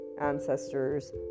ancestors